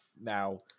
now